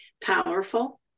powerful